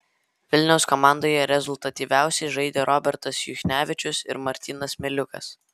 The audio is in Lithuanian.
vilniaus komandoje rezultatyviausiai žaidė robertas juchnevičius ir martynas miliukas